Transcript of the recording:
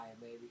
baby